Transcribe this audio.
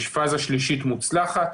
יש פאזה שלישית מוצלחת,